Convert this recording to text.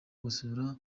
gusura